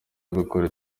abakora